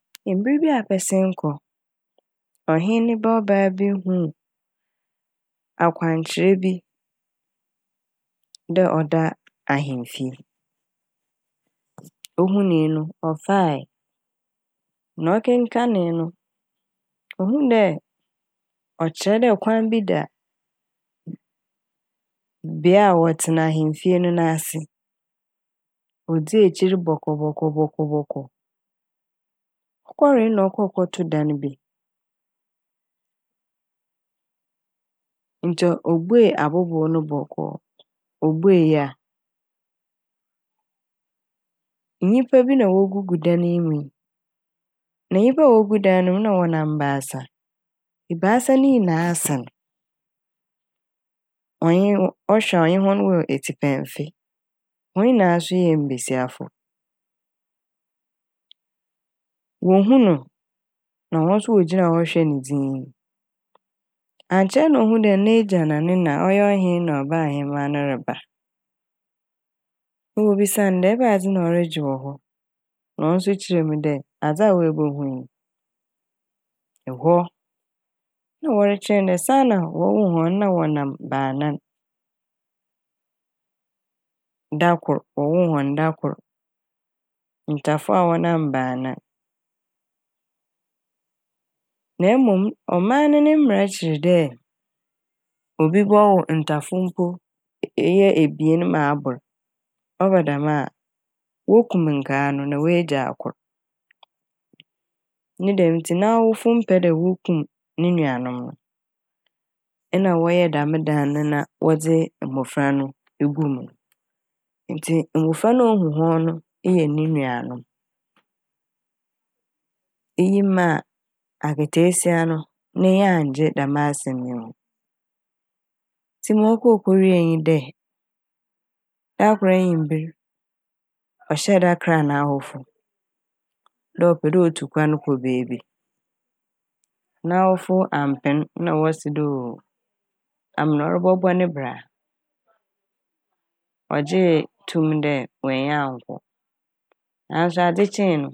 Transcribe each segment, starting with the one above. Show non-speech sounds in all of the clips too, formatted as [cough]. [noise] Mber bi a abɛsen kɔ, ɔhen ne ba ɔbaa bi hu akwankyerɛ bi dɛ ɔda ahemfie. [noise] Ohunii no ɔfae na ɔkenkanee no ohu dɛ ɔkyerɛ dɛ kwan bi da bea a wɔtse n' ahemfie no n'ase, odzii ekyir bɔkɔbɔkɔbɔkɔbɔkɔ, ɔkɔree no na ɔkɔɔ kɔtoo dan bi. Ntsi obuei abobow no bɔkɔɔ obuei a nyimpa bi na wogugu dan mu yi. Na nyimpa wogu dan ne mu yi na wɔnam baasa, ebiasa ne nyinaa sɛ n'. Ɔnye - ɔhwɛ a ɔnye hɔn nyinaa wɔ etsipɛn mfe hɔn nyinaa so yɛ mbasiafo. Wohuu no na hɔn so wogyinaa hɔ hwɛɛ ne dzinn. Annkyɛr na ohu dɛ n'egya na ne na ɔyɛ ɔhen na ɔbaahema no reba na wobisa n' dɛ ebɛnadze na ɔregye wɔ hɔ na ɔno so kyerɛɛ m' dɛ adze a oebuhu yi. Ehɔ nna wɔrekyerɛ ne dɛ saana wɔwoo hɔn no nna wɔnam banaan da kor wɔwoo hɔn da kor, ntafo a wɔnam baanan. Na mom ɔman ne ne bra kyir [noise] dɛ obi bɔwo ntafo mpo eyɛ ebien ma abor ɔba dɛm a wokum nkaa no na woegyaa kor. Ne dɛm ntsi n'awofo mmpɛ dɛ woku ne nuanom no ena wɔyɛ dɛm dan na wɔdze mbofra no eguu mu. [noise] Ntsi mbofra no a ohu hɔn no eyɛ ne nuanom iyi maa akataasia no n'enyi anngye dɛm asɛm yi ho. [noise] Ntsi ma ɔkɔe kowie nye dɛ da kor [noise] ewimber ɔhyɛɛ da kraa n'awofo dɛ ɔpɛ dɛ otu kwan kɔ beebi n'awofo ammpen na wɔse ooh! amaa na ɔbɔbɔ ne bra. Ɔgyee [noise] too mu dɛ oennya annkɔ naaso adzekyee no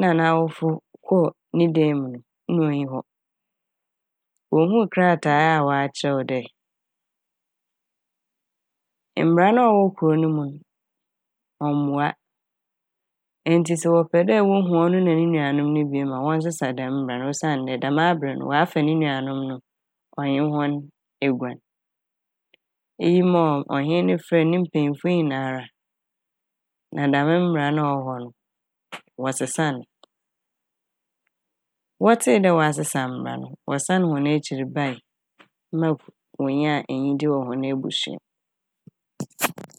na n'awofo kɔɔ ne dee mu no na onnyi hɔ. Wohuu krataa a ɔakyerɛw dɛ mbra no a ɔwɔ kurow ne mu no ɔmmboa ntsi sɛ wɔpɛ dɛ wohu ɔno na no nuanom no biom a wɔnnsesa dɛm mbra no osiandɛ dɛm aber no ɔafa ne nuanom no ɔnye hɔn eguan. Eyi maa ɔ- ɔhen no frɛɛ ne mpanyimfo nyinara na dɛm mbra no a ɔwɔ hɔ no [noise] wɔsesa n'. Wɔtsee dɛ wɔasesa mbra no wɔsan hɔn ekyir bae [noise] ma kur- wonyaa enyigye wɔ hɔn ebusua m'. [noise]